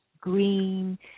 green